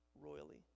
royally